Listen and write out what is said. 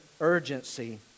urgency